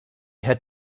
had